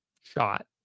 shot